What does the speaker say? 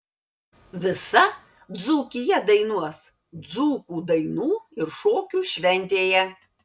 visa dzūkija dainuos dzūkų dainų ir šokių šventėje